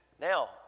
Now